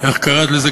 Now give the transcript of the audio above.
אין אקראי.